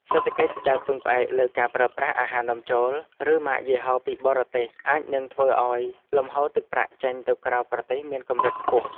សេដ្ឋកិច្ចដែលពឹងផ្អែកលើការប្រើប្រាស់អាហារនាំចូល ឬម៉ាកយីហោពីបរទេសអាចនឹងធ្វើឲ្យលំហូរទឹកប្រាក់ចេញទៅក្រៅប្រទេសមានកម្រិតខ្ពស់។